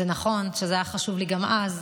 זה נכון שזה היה חשוב לי גם אז.